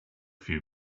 few